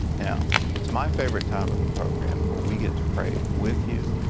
now, it's my favorite time of the program, where we get to pray with you,